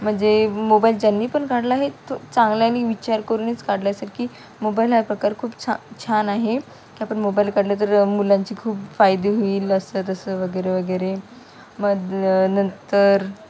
म्हणजे मोबाईल ज्यांनी पण काढला आहे तो चांगल्याने विचार करूनच काढला असेल की मोबाईल हा प्रकार खूप छा छान आहे की आपण मोबाईल काढलं तर मुलांचे खूप फायदे होईल असं तसं वगैरे वगैरे मग नंतर